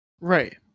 Right